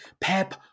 Pep